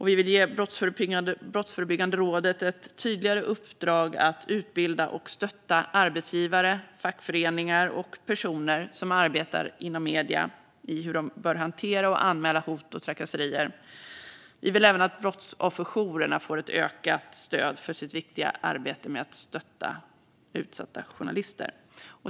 Vi vill ge Brottsförebyggande rådet ett tydligare uppdrag att utbilda och stötta arbetsgivare, fackföreningar och personer som arbetar inom medier i hur de bör hantera och anmäla hot och trakasserier. Vi vill även att brottsofferjourerna får ett ökat stöd för sitt viktiga arbete med att stötta utsatta journalister.